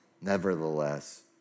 Nevertheless